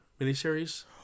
miniseries